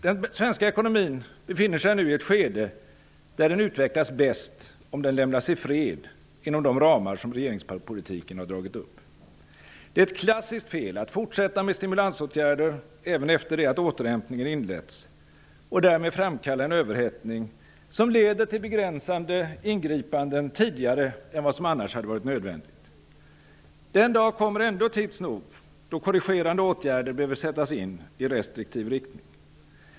Den svenska ekonomin befinner sig nu i ett skede där den utvecklas bäst om den lämnas i fred inom de ramar som regeringen har dragit upp med sin politik. Det är ett klassiskt fel att fortsätta med stimulansåtgärder även efter det att återhämtningen inletts och därmed framkalla en överhettning som leder till begränsande ingripanden tidigare än vad som annars hade varit nödvändigt. Den dag kommer ändå tids nog, då korrigerande åtgärder behöver sättas in i restriktiv riktning.